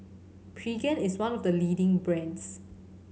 Pregain is one of the leading brands